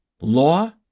Law